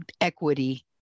equity